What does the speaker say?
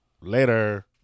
Later